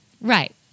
Right